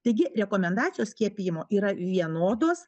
taigi rekomendacijos skiepijimo yra vienodos